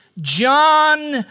John